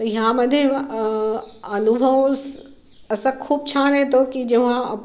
तर ह्यामध्ये अनुभव स असा खूप छान येतो की जेव्हा